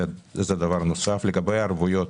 לגבי הערבויות,